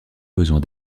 besoin